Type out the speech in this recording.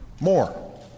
more